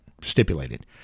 Stipulated